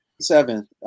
seven